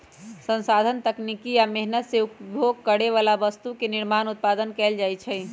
संसाधन तकनीकी आ मेहनत से उपभोग करे बला वस्तु के निर्माण उत्पादन कएल जाइ छइ